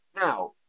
Now